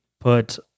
put